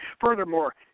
Furthermore